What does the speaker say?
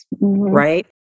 Right